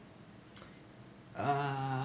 uh